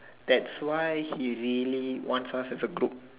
that's why he really wants us a group